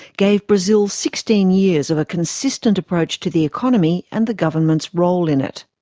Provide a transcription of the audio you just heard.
gave brazil sixteen years of a consistent approach to the economy and the government's role in it.